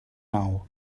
nou